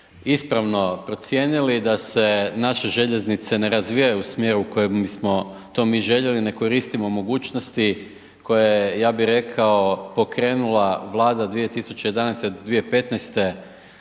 ispravno procijenili, da se naše željeznice ne razvijaju u smjeru u kojem bismo to mi željeli, ne koristimo mogućnosti, koje je ja bi rekao, pokrenula vlada 2011. do 2015.